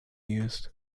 used